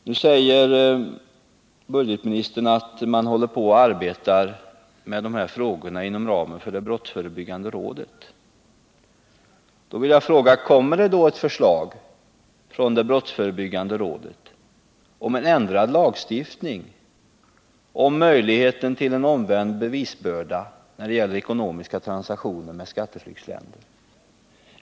Nu säger budgetministern att man f. n. arbetar med de här frågorna inom ramen för brottsförebyggande rådet. Därför vill jag fråga: Kommer det då ett förslag från brottsförebyggande rådet om ändrad lagstiftning rörande möjlighet till omvänd bevisbörda när det gäller ekonomiska transaktioner med skatteflyktsländer?